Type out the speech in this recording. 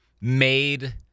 made